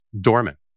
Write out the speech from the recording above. dormant